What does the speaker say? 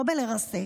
לא בלרסק,